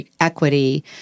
equity